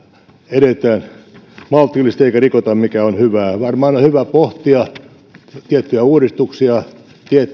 edetään maltillisesti eikä rikota sitä mikä on hyvää varmaan on hyvä pohtia tiettyjä uudistuksia